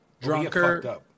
drunker